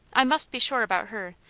i must be sure about her,